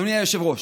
אדוני היושב-ראש,